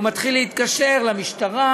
והוא מתחיל להתקשר למשטרה,